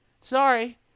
Sorry